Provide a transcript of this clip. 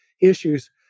issues